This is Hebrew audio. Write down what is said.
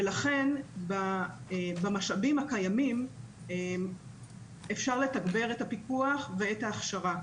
ולכן במשאבים הקיימים אפשר לתגבר את הפיקוח ואת ההכשרה.